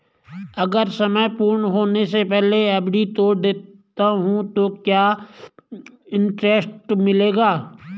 अगर समय पूर्ण होने से पहले एफ.डी तोड़ देता हूँ तो क्या इंट्रेस्ट मिलेगा?